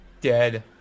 dead